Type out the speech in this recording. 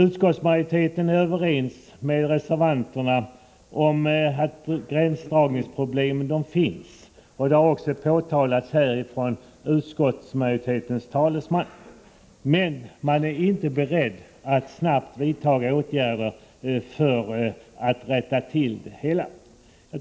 Utskottsmajoriteten är överens med reservanterna om att gränsdragningsproblem finns, och det har också påtalats här av utskottsmajoritetens talesman. Men man är inte beredd att snabbt vidta åtgärder för att rätta till det hela.